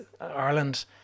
Ireland